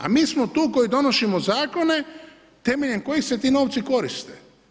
A mi smo tu koji donosimo zakone temeljem kojih se ti novci koriste.